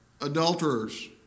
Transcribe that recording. adulterers